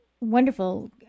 wonderful